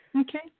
Okay